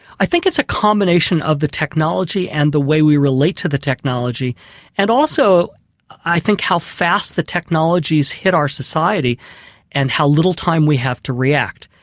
i think it's a combination of the technology and the way we relate to the technology and also i think how fast the technology has hit our society and how little time we have to react.